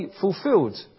fulfilled